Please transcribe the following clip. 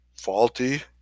faulty